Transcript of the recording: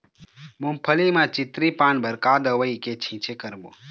मूंगफली म चितरी पान बर का दवई के छींचे करबो?